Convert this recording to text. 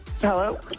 hello